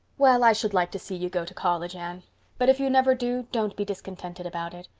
well, i should like to see you go to college, anne but if you never do, don't be discontented about it.